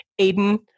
Aiden